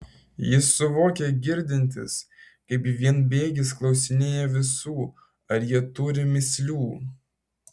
jis suvokė girdintis kaip vienbėgis klausinėja visų ar jie turi mįslių